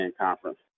conference